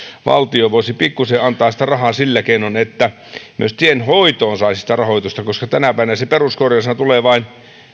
valtio voisi pikkusen antaa sitä rahaa sillä keinoin että myös tienhoitoon saisi rahoitusta koska tänä päivänä se peruskorjaushan tulee vain